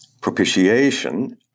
propitiation